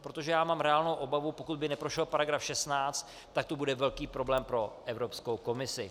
Protože já mám reálnou obavu, pokud by neprošel § 16, tak to bude velký problém pro Evropskou komisi.